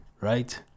right